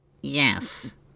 yes